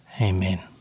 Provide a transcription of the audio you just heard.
Amen